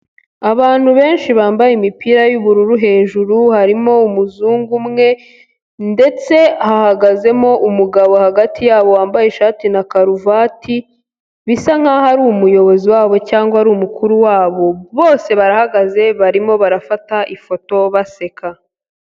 Abantu benshi bambaye imipira y'ubururu hejuru, harimo umuzungu umwe ndetse hahagazemo umugabo hagati yabo wambaye ishati na karuvati, bisa nk'aho ari umuyobozi wabo cyangwa ari umukuru wabo, bose barahagaze barimo barafata ifoto baseka.